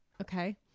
okay